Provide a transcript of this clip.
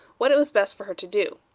what it was best for her to do.